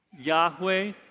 Yahweh